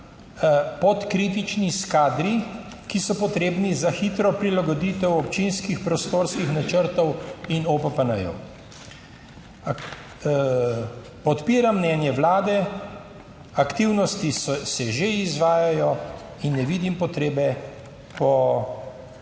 pod kritični s kadri, ki so potrebni za hitro prilagoditev občinskih prostorskih načrtov in OPPN. Podpiram mnenje Vlade, aktivnosti se že izvajajo in ne vidim potrebe po